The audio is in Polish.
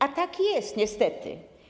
A tak jest, niestety.